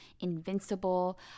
invincible